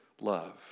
love